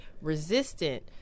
resistant